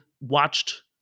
watched